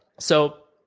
so